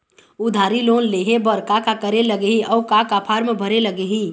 उधारी लोन लेहे बर का का करे लगही अऊ का का फार्म भरे लगही?